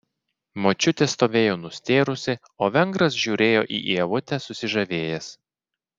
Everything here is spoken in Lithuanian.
močiutė stovėjo nustėrusi o vengras žiūrėjo į ievutę susižavėjęs